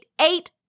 Eight